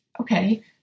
Okay